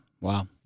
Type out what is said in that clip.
Wow